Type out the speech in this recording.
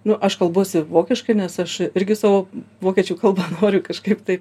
nu aš kalbuosi vokiškai nes aš irgi savo vokiečių kalbą kažkaip tai